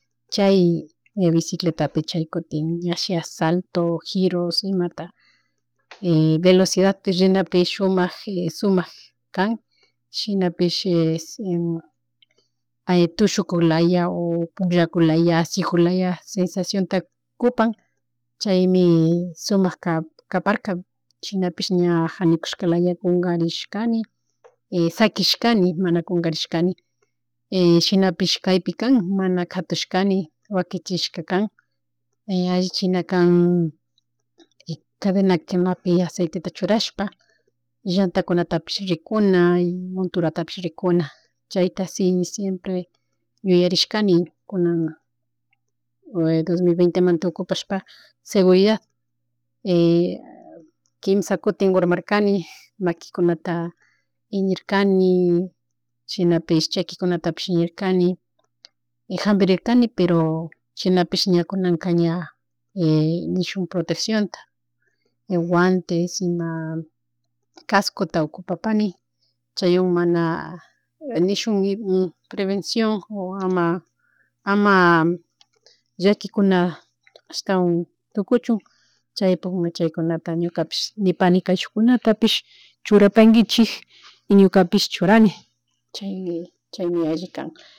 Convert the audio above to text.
Chay bicicleta pi chay kutin nashi salto giros, imata velocidad pi sumag sumak kan chinapish tushukuylaya o pukllakulaya, ashikulaya sensacionta kupak chaymi sumak kaparka shinapish ñaja nikushkalaya kugarishkani shakishkani mana kungashkani shinapish kaypi kan mana katushkani wakichishka kan allichinakan, cadenakunpi aceiteta churashpa llantakunapish rikuna, monturatapish rikuna chayta si siempre yuyarishkani kunan dos mil vente manata ukupashpa seguridad quinshakutin urmarkani maquikunata iñurkani shinapish, chakikunatapish iñukani shinapish chakikunatapish iñurkani y jambirirkan pero shinapish kunanka nishun proteccionata guantes, ima cascota ocupapani, chaywan mana nishun prevencion ama llakikuna ashtawan tukuchun chaypukma chaykunata ñukapish nipani kayshukkunatapish churapanguichik y ñukpish churani chay alli kan